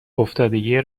افتادگی